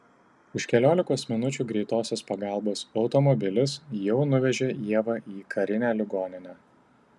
už keliolikos minučių greitosios pagalbos automobilis jau nuvežė ievą į karinę ligoninę